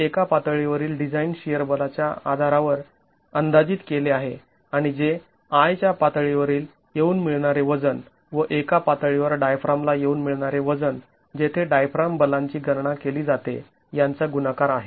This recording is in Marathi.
जे एका पातळीवरील डिझाईन शिअर बलाच्या आधारावर अंदाजीत केले आहे आणि जे i च्या पातळीवरील येऊन मिळणारे वजन व एका पातळीवर डायफ्रामला येऊन मिळणारे वजन जेथे डायफ्राम बलांची गणना केली जाते यांचा गुणाकार आहे